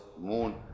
moon